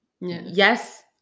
Yes